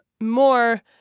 more